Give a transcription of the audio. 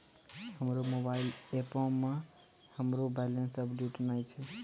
हमरो मोबाइल एपो मे हमरो बैलेंस अपडेट नै छै